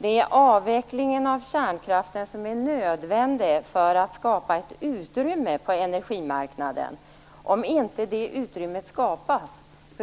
Det är avvecklingen av kärnkraften som är nödvändig för att skapa ett utrymme på energimarknaden. Om inte det utrymmet skapas